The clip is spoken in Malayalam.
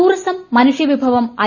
ടൂറിസം മനുഷ്യവിഭവം ഐ